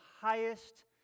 highest